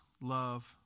love